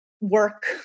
work